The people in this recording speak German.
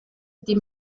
die